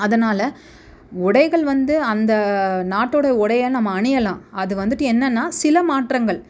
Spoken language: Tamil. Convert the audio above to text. அதனால் உடைகள் வந்து அந்த நாட்டோடய உடையை நம்ம அணியலாம் அது வந்துட்டு என்னென்னால் சில மாற்றங்கள்